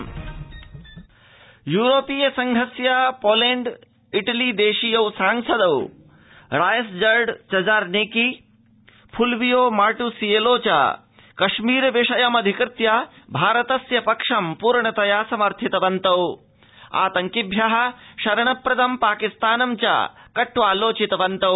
यूरोपीयसंघ कश्मीर यूरोपीय संघस्य Poland Italy देशीयौ सांसदौ रायसजर्ड चजार्नेकी फुल्वियो मार्ट्सिएलो च कश्मीर विषयम् अधिकृत्य भारतस्य पक्षं प्रर्णतया समर्थितवन्तौ आतंकिभ्य शरण प्रदं पाकिस्तानं च कट्वालोचितवन्तौ